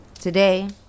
Today